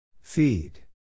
Feed